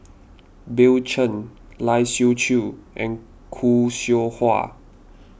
Bill Chen Lai Siu Chiu and Khoo Seow Hwa